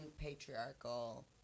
patriarchal